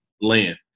land